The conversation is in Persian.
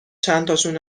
چندتاشون